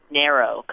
narrow